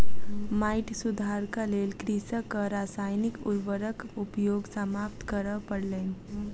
माइट सुधारक लेल कृषकक रासायनिक उर्वरक उपयोग समाप्त करअ पड़लैन